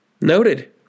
Noted